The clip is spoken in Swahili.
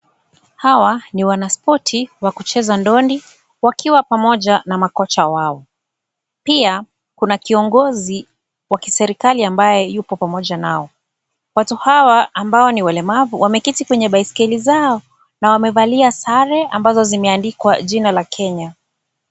Hawa ni wanaspoti wa kucheza ndondi wakiwa pamoja na makocha wao. Pia kuna kiongozi wa kiserikali ambaye yupo pamoja nao. Watu hawa ambao ni walemavu wameketi kwenye baiskeli zao na wamevalia sare ambazo zimeandikwa jina la Kenya.